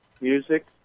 Music